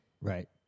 Right